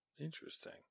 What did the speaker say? Interesting